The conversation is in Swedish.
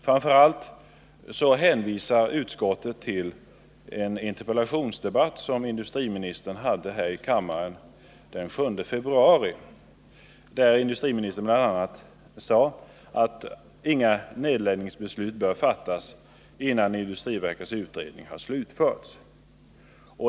Framför allt hänvisar utskottet till en interpellationsdebatt här i kammaren den 7 februari, då industriministern bl.a. sade att inga nedläggningsbeslut bör fattas innan industriverkets utredning har slutförts.